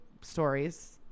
stories